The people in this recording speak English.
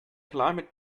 climate